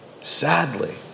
sadly